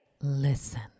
Listen